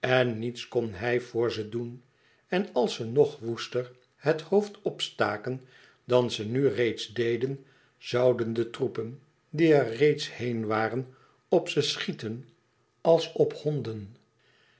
en niets kon hij voor ze doen en als ze nog woester het hoofd opstaken dan ze nu reeds deden zouden de troepen die er reeds heen waren op ze schieten als op honden